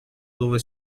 dove